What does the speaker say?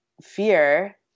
fear